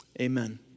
Amen